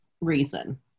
reason